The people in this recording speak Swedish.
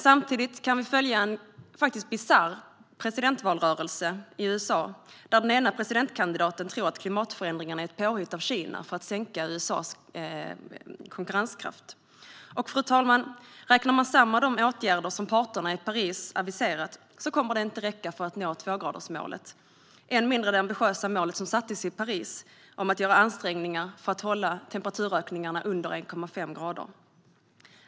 Samtidigt kan vi följa en bisarr presidentvalrörelse i USA, där den ena presidentkandidaten tror att klimatförändringarna är ett påhitt av Kina för att sänka USA:s konkurrenskraft. Fru talman! Räknar man samman de åtgärder som parterna i Parisavtalet aviserat kommer de inte att räcka för att nå tvågradersmålet, än mindre det mer ambitiösa mål som sattes upp i Paris om att göra ansträngningar för att hålla temperaturökningarna under 1,5 grader.